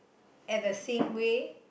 at the same way